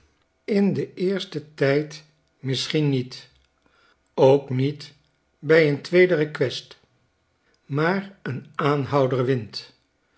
in den eersten tijd misschien niet ook niet bij een tweede request maar een aanhouder wint